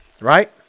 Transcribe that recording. right